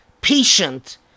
patient